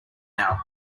now